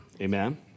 Amen